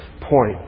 point